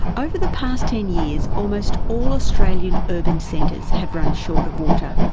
over the past ten years almost all australian urban centres have run short of water,